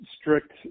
strict